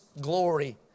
glory